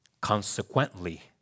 Consequently